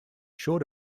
short